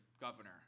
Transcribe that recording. governor